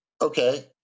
okay